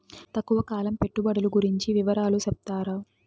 తక్కువ కాలం పెట్టుబడులు గురించి వివరాలు సెప్తారా?